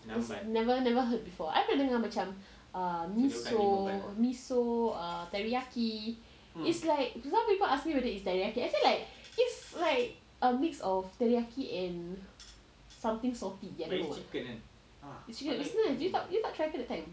is never never heard before I pernah dengar macam miso err miso err teriyaki is like some people ask me whether is teriyaki I feel like is a mix of teriyaki and something salty I don't know what its chicken is nice you tak you tak try ke that time